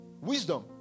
Wisdom